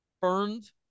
burned